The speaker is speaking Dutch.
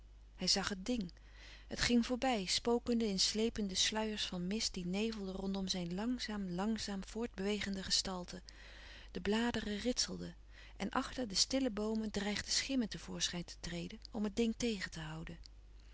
hij zag het ding het ging voorbij spokende in sleepende sluiers van mist die nevelden rondom zijn langzaam langzaam voortbewegende gestalte de bladeren ritselden en achter de stille boomen dreigden schimmen te voorschijn te treden om het ding tegen te houden